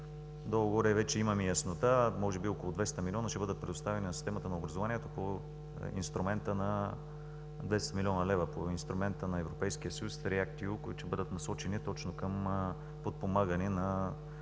горе-долу вече имаме яснота. Може би около 200 милиона ще бъдат предоставени на системата на образованието, 10 млн. лв. по инструмента на Европейския съюз REACT-EU, които ще бъдат насочени точно към подпомагане на